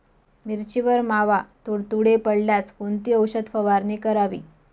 मिरचीवर मावा, तुडतुडे पडल्यास कोणती औषध फवारणी करावी?